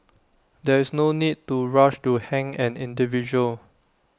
there is no need to rush to hang an individual